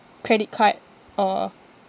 credit card or